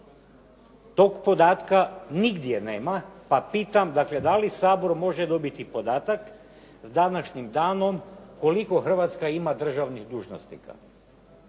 Tog podatka nigdje nema pa pitam, dakle, da li Sabor može dobiti podatak sa današnjim danom koliko Hrvatska ima državnih dužnosnika.